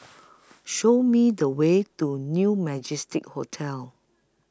Show Me The Way to New Majestic Hotel